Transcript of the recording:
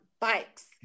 bikes